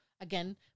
Again